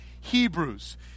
Hebrews